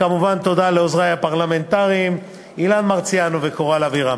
וכמובן תודה לעוזרי הפרלמנטריים אילן מרסיאנו וקורל אבירם.